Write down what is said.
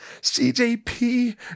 cjp